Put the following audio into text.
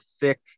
thick